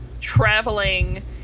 traveling